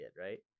right